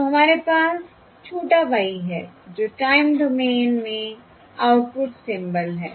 तो हमारे पास छोटा y है जो टाइम डोमेन में आउटपुट सिम्बल् है